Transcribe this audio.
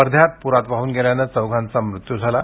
वर्ध्यात पुरात वाहून गेल्याने चौघांचा मृत्यू झाला आहे